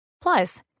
Plus